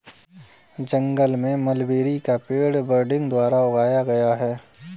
जंगल में मलबेरी का पेड़ बडिंग द्वारा उगाया गया है